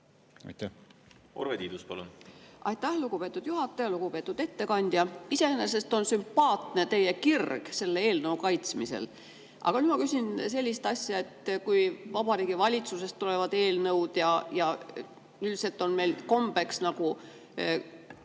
määraks. Urve Tiidus, palun! Aitäh, lugupeetud juhataja! Lugupeetud ettekandja! Iseenesest on sümpaatne teie kirg selle eelnõu kaitsmisel. Aga nüüd ma küsin sellist asja, et kui Vabariigi Valitsusest tulevad eelnõud, siis on üldiselt kombeks arvamusi